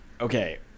Okay